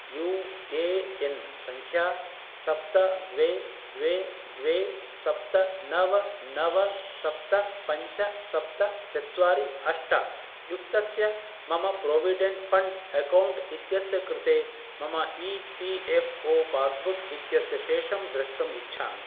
you A N सङ्ख्या सप्त द्वे द्वे द्वे सप्त नव नव सप्त पञ्च सप्त चत्वारि अष्ट युक्तस्य मम प्रोविडेण्ट् फ़ण्ड् अकौण्ट् इत्यस्य कृते मम E P F O passbook इत्यस्य शेषं द्रष्टुम् इच्छामि